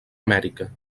amèrica